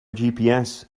gps